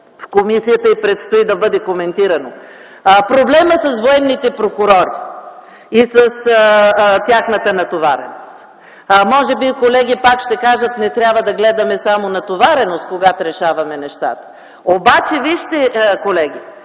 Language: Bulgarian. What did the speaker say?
в комисията и предстои да бъде коментирано – проблемът с военните прокурори и с тяхната натовареност. Може би колеги пак ще кажат: не трябва да гледаме само натовареност, когато решаваме нещата. Обаче вижте, колеги,